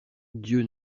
dieu